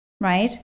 right